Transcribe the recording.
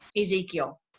Ezekiel